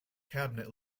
cabinet